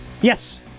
Yes